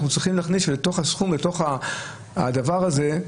צריכים להכניס את הסכום לתוך הדבר הזה,